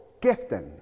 gifting